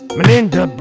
Melinda